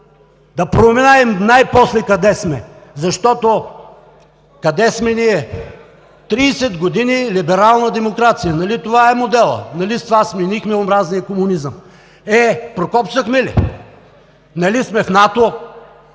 да проумеем най-после къде сме, защото къде сме ние? Тридесет години либерална демокрация – нали това е моделът? Нали с това сменихме омразния комунизъм? Е, прокопсахме ли? Нали сме в НАТО,